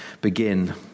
begin